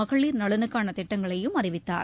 மகளிர் நலனுக்கான திட்டங்களையும் அறிவித்தார்